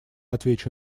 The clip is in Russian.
отвечу